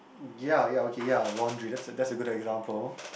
ya ya okay ya laundry that's a that's a good example